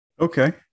Okay